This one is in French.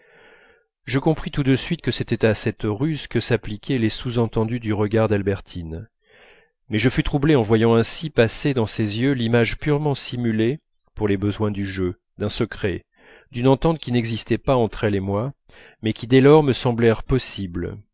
je compris tout de suite que c'était à cette ruse que s'appliquaient les sous-entendus du regard d'albertine mais je fus troublé en voyant ainsi passer dans ses yeux l'image purement simulée pour les besoins du jeu d'un secret d'une entente qui n'existaient pas entre elle et moi mais qui dès lors me semblèrent possibles